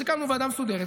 אז הקמנו ועדה מסודרת,